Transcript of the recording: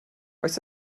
oes